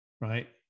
right